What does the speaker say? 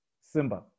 Simba